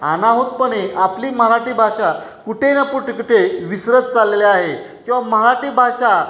अनाहूतपणे आपली मराठी भाषा कुठे ना पुटे कुठे विसरत चाललेली आहे किंवा मराठी भाषा